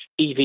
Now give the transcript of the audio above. EV